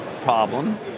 problem